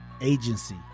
agency